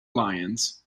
lions